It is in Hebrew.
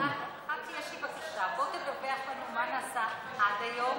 רק יש לי בקשה: בוא תדווח לנו מה נעשה עד היום